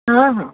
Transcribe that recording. ହଁ ହଁ